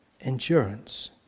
endurance